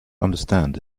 understand